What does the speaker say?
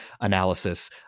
analysis